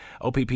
OPP